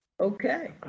Okay